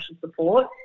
support